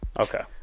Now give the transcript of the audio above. Okay